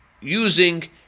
using